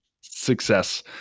success